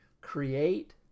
create